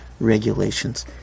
regulations